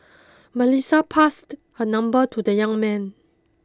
Melissa passed her number to the young man